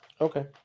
Okay